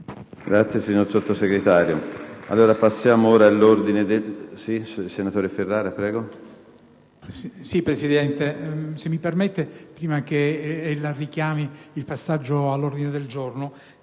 ebbene, signor Sottosegretario,